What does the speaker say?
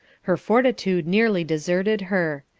her fortitude nearly deserted her.